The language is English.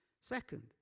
Second